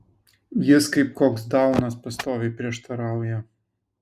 jis kaip koks daunas pastoviai prieštarauja